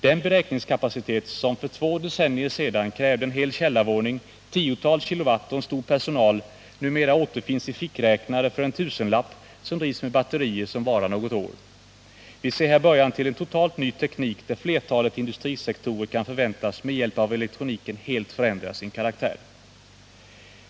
Den beräkningskapacitet som för två decennier sedan krävde en hel källarvåning, tiotals kilowatt och en stor personal, återfinns numera i fickräknare för en tusenlapp, som drivs med batterier vilka varar något år. Vi ser här början till en totalt ny teknik, där flertalet industrisektorer med hjälp av elektroniken kan förväntas helt förändra sin karaktär.